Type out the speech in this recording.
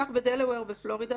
כך בדלאוור בפלורידה,